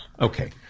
Okay